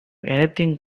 anything